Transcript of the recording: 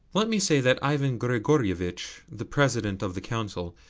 let me say that ivan grigorievitch, the president of the council,